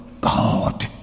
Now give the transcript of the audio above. God